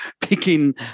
picking